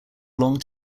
long